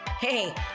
Hey